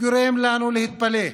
גורם לנו להתפלא.